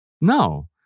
No